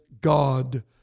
God